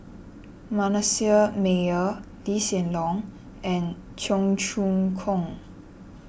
Manasseh Meyer Lee Hsien Loong and Cheong Choong Kong